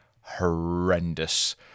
horrendous